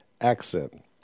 accent